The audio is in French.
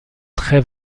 très